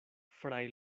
fray